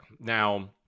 Now